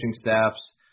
staffs